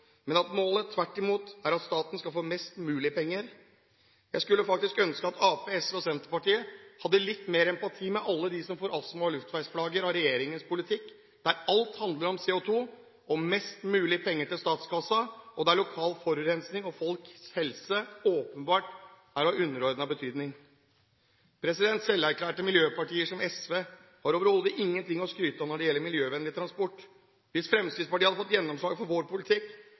men at målet tvert imot er at staten skal få mest mulig penger. Jeg skulle ønske at Arbeiderpartiet, SV og Senterpartiet hadde litt mer empati med alle dem som får astma- og luftveisplager av regjeringens politikk, der alt handler om CO2 og om mest mulig penger til statskassen, og der lokal forurensning og folks helse åpenbart er av underordnet betydning. Selverklærte miljøpartier som SV har overhodet ingenting å skryte av når det gjelder miljøvennlig transport. Hvis Fremskrittspartiet hadde fått gjennomslag for sin politikk,